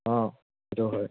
অঁ সেইটো হয়